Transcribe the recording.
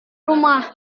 rumah